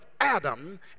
Adam